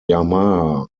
yamaha